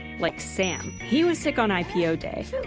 like sam. he was sick on ipo day,